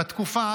בתקופה,